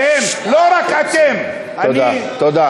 תודה.